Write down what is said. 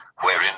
wherein